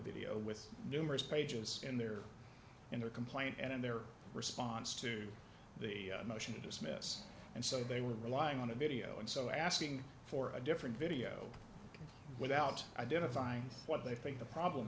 video with numerous pages in there in their complaint and in their response to the motion to dismiss and so they were relying on a video and so asking for a different video without identifying what they think the problem